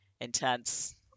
intense